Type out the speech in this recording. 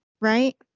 right